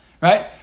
right